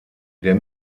der